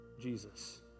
jesus